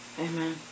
Amen